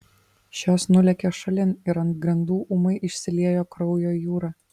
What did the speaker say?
šios nulėkė šalin ir ant grindų ūmai išsiliejo kraujo jūra